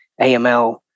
AML